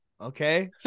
okay